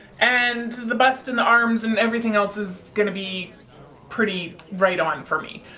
and the bust and the arms and everything else is going to be pretty right on for me.